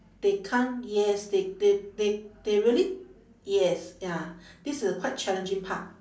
they can't yes they they they they really yes ya this a quite challenging part